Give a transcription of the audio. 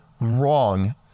wrong